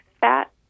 fat